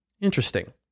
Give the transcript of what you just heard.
Interesting